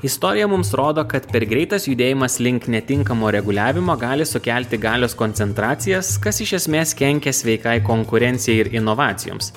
istorija mums rodo kad per greitas judėjimas link netinkamo reguliavimo gali sukelti galios koncentracijos kas iš esmės kenkia sveikai konkurencijai ir inovacijoms